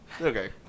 Okay